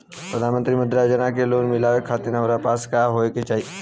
प्रधानमंत्री मुद्रा योजना से लोन मिलोए खातिर हमरा पास का होए के चाही?